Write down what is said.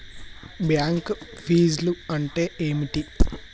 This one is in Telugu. బ్యాంక్ ఫీజ్లు అంటే ఏమిటి?